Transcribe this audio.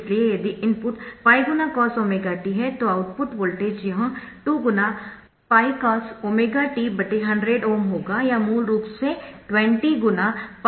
इसलिए यदि input 𝜋 × cos⍵t है तो आउटपुट वोल्टेज यह 2× cos⍵t होगा और करंट 2 × cos⍵t 100Ω होगा या मूल रूप से 20 × 𝜋 × cos⍵t mA होगा